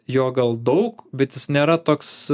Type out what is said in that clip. jo gal daug bet jis nėra toks